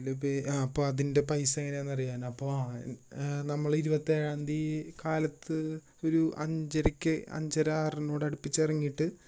നാലു പേര് അപ്പോൾ അതിൻ്റെ പൈസ എങ്ങനെയാണെന്ന് അറിയാനാണ് അപ്പോൾ ആ നമ്മൾ ഇരുപത്തേഴാം തീയതി കാലത്ത് ഒരു അഞ്ചരയ്ക്ക് അഞ്ചര ആറിനോട് അടുപ്പിച്ച് ഇറങ്ങിയിട്ട്